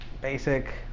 basic